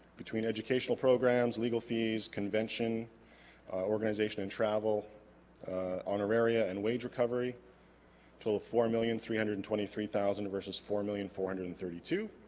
between educational programs legal fees convention organization and travel honoraria and wage recovery until the four million three hundred and twenty three thousand versus four million four hundred and thirty-two